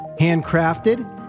handcrafted